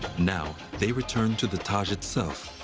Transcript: now, they return to the taj itself,